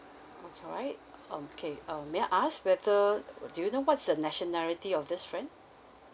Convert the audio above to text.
okay all right um K uh may I ask whether do you know what's the nationality of this friend